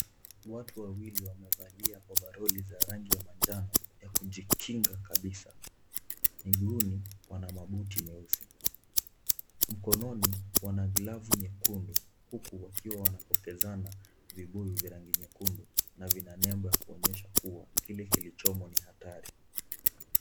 Watu wawili wamevalia ovaroli za rangi ya manjano ya kujikinga kabisa. Miguuni wana mabuti nyeusi. Mkononi, wana glavu nyekundu, huku wakiwa wanapokezana vibuyu vya rangi nyekundu na vina nembo ya kuonyesha kuwa kile kilichomo ni hatari.